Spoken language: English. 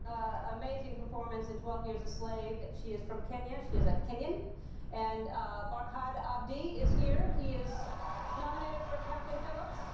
amazing performance and twelve years a slave, she is from kenya, she is a kenyan and barkhad abdi is here. he is nominated for a captain phillips.